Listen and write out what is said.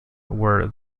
were